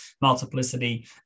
multiplicity